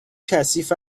کثیف